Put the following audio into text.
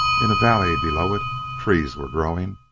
in a valley below it trees were growing.